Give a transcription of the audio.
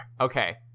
okay